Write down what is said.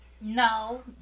No